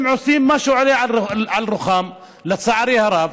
הם עושים מה שעולה על רוחם, לצערי הרב,